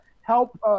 help